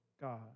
God